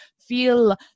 feel